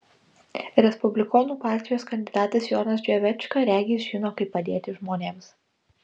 respublikonų partijos kandidatas jonas dževečka regis žino kaip padėti žmonėms